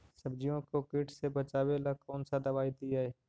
सब्जियों को किट से बचाबेला कौन सा दबाई दीए?